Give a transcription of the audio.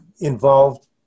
involved